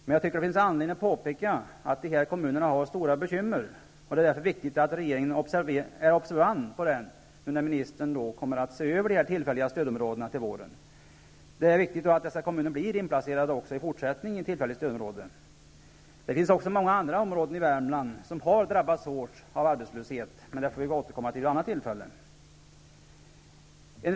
Det finns emellertid anledning att påpeka att de här kommunerna har stora bekymmer, och att det är viktigt att regeringen är observant på detta när ministern till våren ser över det här med tillfälliga stödområden. Det är viktigt att dessa kommuner också i fortsättningen kommer att inplaceras i tillfälligt stödområde. Det finns också många andra områden i Värmland som har drabbats hårt av arbetslöshet, vilket vi emellertid får återkomma till vid ett annat tillfälle.